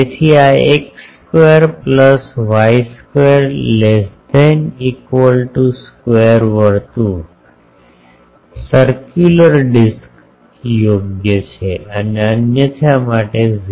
તેથી આ x square plus y square less than equal to square વર્તુળ circular disc યોગ્ય છે અને અન્યથા માટે 0